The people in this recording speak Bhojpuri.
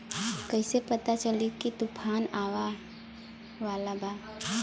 कइसे पता चली की तूफान आवा वाला बा?